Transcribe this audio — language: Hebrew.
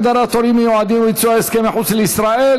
הגדרת הורים מיועדים וביצע הסכם מחוץ לישראל),